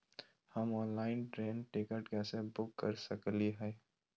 हम online train ticket कैसे book कर सकली हई?